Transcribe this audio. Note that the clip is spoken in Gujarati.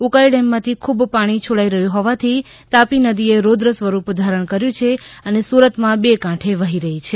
ઉકાઈ ડેમમાથી ખૂબ પાણી છોડાઈ રહ્યું હોવાથી તાપી નદી એ રૌદ્ર સ્પરૂપ ધારણ કર્યું છે અને સુરતમાં બે કાંઠે વહી રહી છે